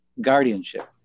guardianship